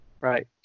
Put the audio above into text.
right